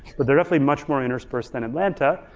but they're definitely much more interspersed than atlanta.